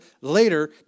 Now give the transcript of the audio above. later